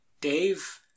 Dave